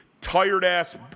tired-ass